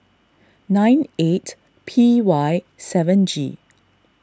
nine eight P Y seven G